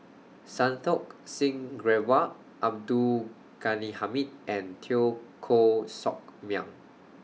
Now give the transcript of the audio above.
Santokh Singh Grewal Abdul Ghani Hamid and Teo Koh Sock Miang